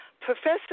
Professor